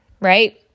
right